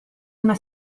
una